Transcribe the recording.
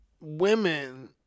women